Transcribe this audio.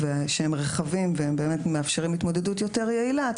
שהם רחבים והם באמת מאפשרים התמודדות יותר יעילה,